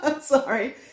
Sorry